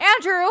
Andrew